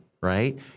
right